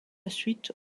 suite